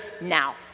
now